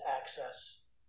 access